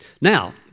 Now